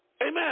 Amen